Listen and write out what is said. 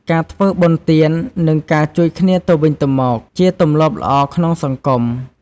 ការធ្វើបុណ្យទាន និងការជួយគ្នាទៅវិញទៅមកជាទម្លាប់ល្អក្នុងសង្គម។